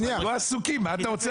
הם היו עסוקים, מה אתה רוצה?